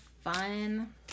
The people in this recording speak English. fun